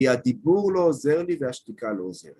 כי הדיבור לא עוזר לי והשתיקה לא עוזרת.